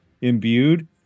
imbued